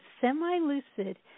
semi-lucid